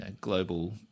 global